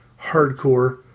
hardcore